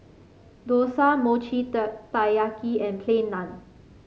dosa Mochi Taiyaki and Plain Naan